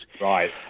right